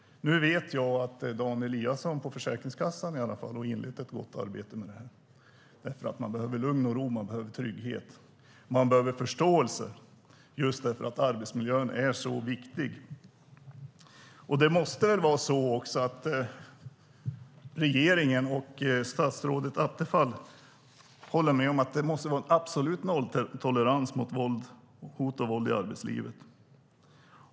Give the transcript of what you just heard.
Nu vet jag att Dan Eliasson på Försäkringskassan har inlett ett gott arbete med detta. Man behöver lugn och ro. Man behöver trygghet och förståelse. Arbetsmiljön är mycket viktig. Regeringen och statsrådet Attefall måste väl hålla med om att det ska råda en absolut nolltolerans mot hot och våld i arbetslivet.